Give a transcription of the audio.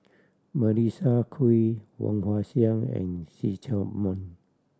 Melissa Kwee Woon Wah Siang and See Chak Mun